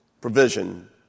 provision